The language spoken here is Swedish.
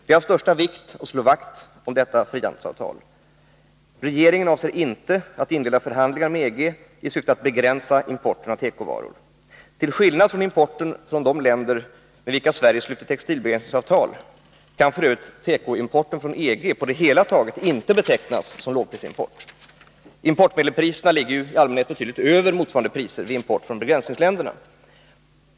Det är av största vikt att slå vakt om detta frihandelsavtal. Regeringen avser inte att inleda förhandlingar med EG i syfte att begränsa importen av tekovaror. Till skillnad från importen från de länder med vilka Sverige slutit textilbegränsningsavtal kan f. ö. tekoimporten från EG på det hela taget inte betecknas som lågprisimport — importmedelpriserna ligger i allmänhet betydligt över motsvarande priser vid import från begränsningsländerna.